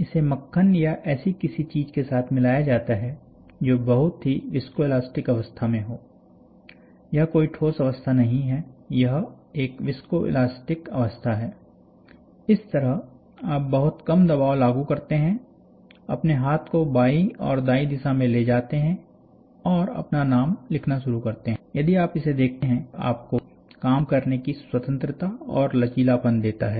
इसे मक्खन या ऐसी किसी चीज के साथ मिलाया जाता है जो बहुत ही विस्कोइलास्टिक अवस्था में हो यह कोई ठोस अवस्था नहीं है यह एक विस्कोइलास्टिक अवस्था है इस तरह आप बहुत कम दबाव लागू करते हैं अपने हाथ को बायीं और दायीं दिशा में ले जाते हैं और अपना नाम लिखना शुरू करते हैं यदि आप इसे देखते हैंतो यह आपको काम करने की स्वतंत्रता और लचीलापन देता है